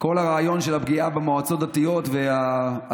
כל הרעיון של הפגיעה במועצות הדתיות וההצהרות